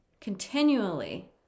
continually